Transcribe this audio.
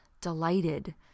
delighted